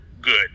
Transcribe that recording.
good